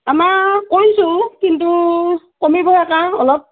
আমাৰ কৰিছোঁ কিন্তু কমিব অলপ